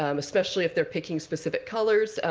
um especially if they're picking specific colors.